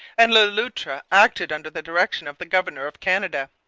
and le loutre acted under the direction of the governor of canada.